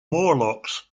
morlocks